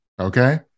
Okay